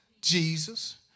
Jesus